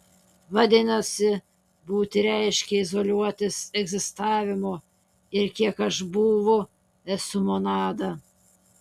vadinasi būti reiškia izoliuotis egzistavimu ir kiek aš būvu esu monada